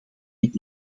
dit